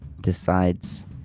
decides